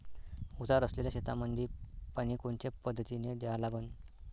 उतार असलेल्या शेतामंदी पानी कोनच्या पद्धतीने द्या लागन?